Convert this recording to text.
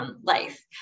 life